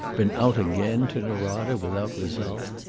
been out again to norada without result?